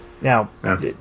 Now